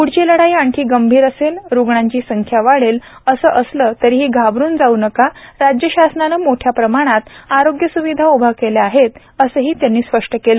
पूढची लढाई आणखी गंभीर असेल रुग्णांची संख्या वाढेल असे असले तरी घाबरून जाऊ नका राज्य शासनाने मोठ्याप्रमाणात आरोग्य स्विधा उभ्या केल्या आहेत हेही म्ख्यमंत्र्यांनी स्पष्ट केले